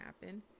happen